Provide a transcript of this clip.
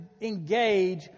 engage